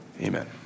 Amen